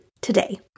today